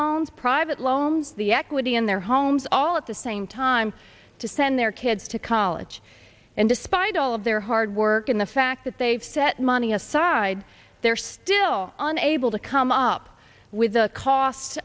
loans private loans the equity in their homes all at the same time to send their kids to college and despite all of their hard work and the fact that they've set money aside they're still unable to come up with the cost